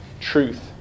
truth